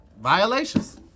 Violations